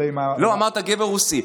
לא, אמרת "גבר רוסי".